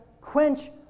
quench